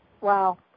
Wow